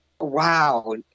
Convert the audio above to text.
Wow